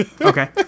Okay